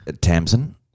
Tamsin